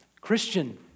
Christian